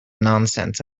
nonsense